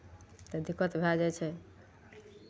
तब दिक्कत भए जाइ छै